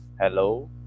Hello